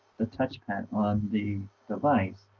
the touch pad on the device,